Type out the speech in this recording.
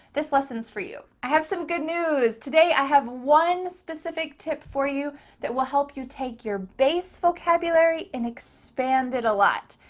this lesson's for you. i have some good news today. i have one specific tip for you that will help you take your base vocabulary and expand it a lot.